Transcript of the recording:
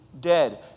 dead